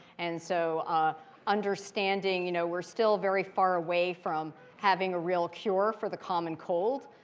and so ah understanding, you know we're still very far away from having a real cure for the common cold.